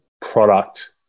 product